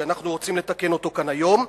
שאנחנו רוצים לתקן אותו כאן היום,